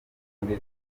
muri